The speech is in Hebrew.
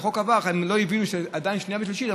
כשהחוק עדיין לא עבר בקריאה שנייה ושלישית,